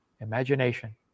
imagination